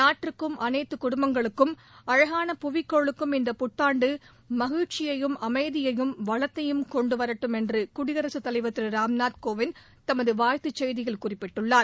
நாட்டிற்கும் அனைத்து குடும்பங்களுக்கும் அழகான புவிக் கோளுக்கும் இந்த புத்தாண்டு மகிழ்ச்சியையும் அமைதியையும் வளத்தையும் கொண்டு வரட்டும் என்று குடியரசுத் தலைவர் திரு ராம்நாத் கோவிந்த் தமது வாழ்த்துச் செய்தியில் குறிப்பிட்டுள்ளார்